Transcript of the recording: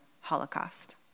Holocaust